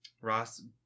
Ross